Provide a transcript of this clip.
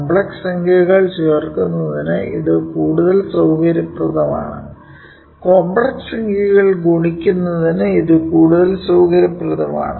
complex സംഖ്യകൾ ചേർക്കുന്നതിന് ഇത് കൂടുതൽ സൌകര്യപ്രദമാണ് കോംപ്ലക്സ് സംഖ്യകൾ ഗുണിക്കുന്നതിന് ഇത് കൂടുതൽ സൌകര്യപ്രദമാണ്